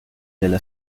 delle